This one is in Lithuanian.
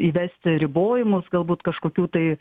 įvesti ribojimus galbūt kažkokių tai